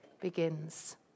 begins